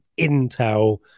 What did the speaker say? intel